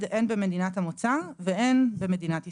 מהעובד, הן במדינת המוצא והן במדינת ישראל.